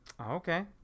okay